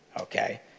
okay